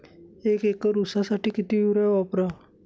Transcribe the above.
एक एकर ऊसासाठी किती युरिया वापरावा?